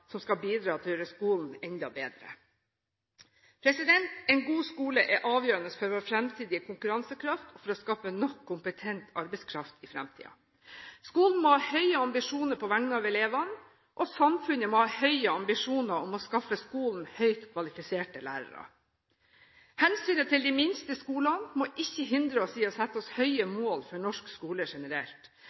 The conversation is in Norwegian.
som skal bidra til å gjøre skolen enda bedre. En god skole er avgjørende for vår fremtidige konkurransekraft, og for å skaffe nok kompetent arbeidskraft i fremtiden. Skolen må ha høye ambisjoner på vegne av elevene, og samfunnet må ha høye ambisjoner om å skaffe skolen høyt kvalifiserte lærere. Hensynet til de minste skolene må ikke hindre oss i å sette oss høye mål for norsk skole generelt.